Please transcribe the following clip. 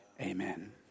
Amen